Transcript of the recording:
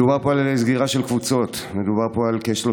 מדובר פה על סגירה של קבוצות מדובר פה על כ-30%